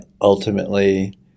ultimately